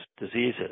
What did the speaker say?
Diseases